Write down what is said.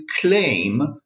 claim